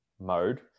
mode